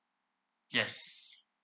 yes